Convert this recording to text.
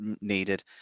needed